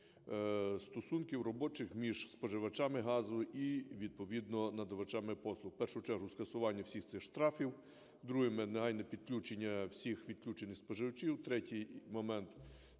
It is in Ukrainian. стосунків робочих між споживачами газу і відповідно надавачами послуг: в першу чергу, скасування всіх цих штрафів, друге – негайне підключення всіх відключених споживачів, третій момент –